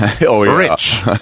rich